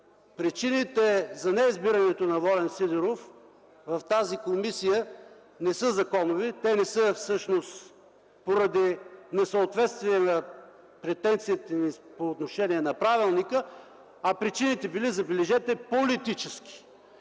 причините за неизбирането на Волен Сидеров в тази комисия не са законови, те не са всъщност поради несъответствие на претенциите и по отношение на правилника, а причините били, забележете, политически.